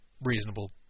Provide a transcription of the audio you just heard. reasonable